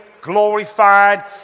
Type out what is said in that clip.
glorified